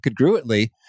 congruently